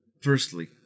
Firstly